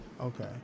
Okay